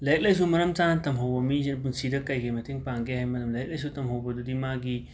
ꯂꯥꯏꯔꯤꯛ ꯂꯥꯏꯁꯨ ꯃꯔꯝ ꯆꯥꯅ ꯇꯝꯍꯧꯕ ꯃꯤꯁꯦ ꯄꯨꯟꯁꯤꯗ ꯀꯩꯒꯤ ꯃꯇꯦꯡ ꯄꯥꯡꯒꯦ ꯍꯥꯏꯕ ꯃꯇꯝꯗ ꯂꯥꯏꯔꯤꯛ ꯂꯥꯏꯁꯨ ꯇꯝꯍꯧꯕꯗꯨꯗꯤ ꯃꯥꯒꯤ